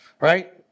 right